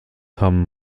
haben